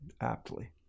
aptly